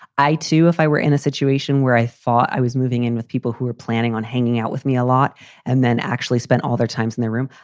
i too if i were in a situation where i thought i was moving in with people who are planning on hanging out with me a lot and then actually spend all their time in their room,